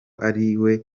ariwe